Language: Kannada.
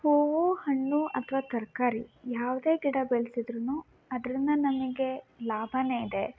ಹೂವು ಹಣ್ಣು ಅಥವಾ ತರಕಾರಿ ಯಾವುದೇ ಗಿಡ ಬೆಳೆಸಿದ್ರುನೂ ಅದರಿಂದ ನಮಗೆ ಲಾಭವೇ ಇದೆ